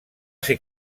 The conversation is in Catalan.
ser